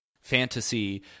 fantasy